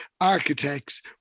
Architects